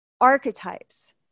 archetypes